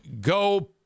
Go